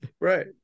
right